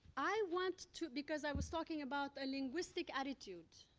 i want to because i was talking about a linguistic attitude,